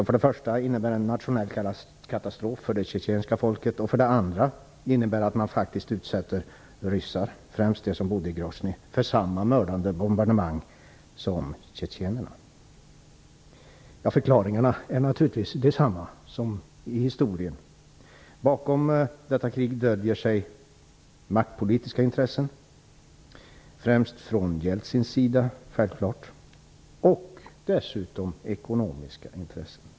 För det första innebär det en nationell katastrof för det tjetjenska folket, och för det andra innebär det att man utsätter ryssar, främst de som bodde i Grosnyj, för samma mördande bombardemang som tjetjenerna. Förklaringarna är naturligtvis desamma som i historien. Bakom detta krig döljer sig maktpolitiska intressen, självklart främst från Jeltsins sida, och dessutom ekonomiska intressen.